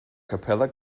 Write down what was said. capella